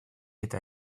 eta